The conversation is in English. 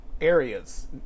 areas